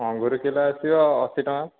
ଅଙ୍ଗୁର କିଲୋ ଆସିବା ଅଶୀଟଙ୍କା